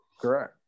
Correct